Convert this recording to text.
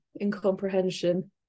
Incomprehension